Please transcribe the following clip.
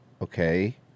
Okay